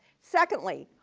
secondly,